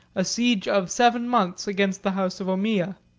a siege of seven months against the house of ommiyah.